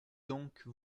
donc